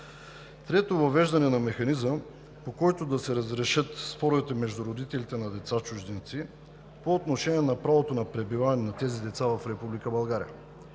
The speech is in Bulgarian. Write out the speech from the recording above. трето, въвеждане на механизъм, по който да се разрешат споровете между родителите на деца чужденци по отношение правото на пребиваване на тези лица в Република